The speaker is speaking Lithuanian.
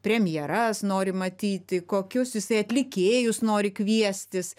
premjeras nori matyti kokius jisai atlikėjus nori kviestis